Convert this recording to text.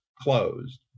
closed